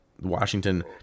Washington